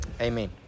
amen